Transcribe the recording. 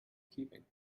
keeping